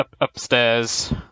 Upstairs